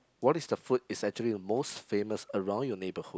what is the food it's actually the most famous around your neighborhood